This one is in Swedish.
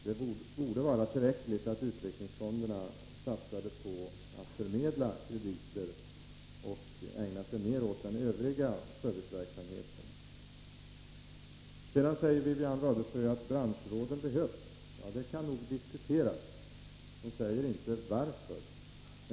Det borde vara tillräckligt att utvecklingsfonderna satsade på att förmedla krediter och ägnade sig mera åt den övriga serviceverksamheten. Sedan säger Wivi-Anne Radesjö att branschråden behövs. Det kan diskuteras. Hon säger inte varför.